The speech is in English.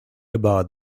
about